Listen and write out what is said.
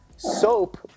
Soap